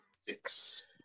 Six